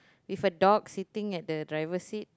with a dog sitting at the driver seat